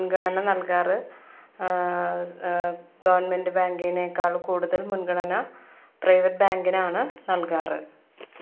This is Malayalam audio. അപ്പോൾ എനിക്ക് ഇത് ഒട്ടും ഇഷ്ട്ടമായിട്ടില്ല നിങ്ങളും ഇങ്ങനത്തേത് വാങ്ങിക്കരുത് എന്നാണ് എൻ്റെ ഒരു ഒരു എസ്പീരിയൻസ് അല്ലെങ്കിൽ പറയാനുള്ളത്